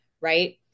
Right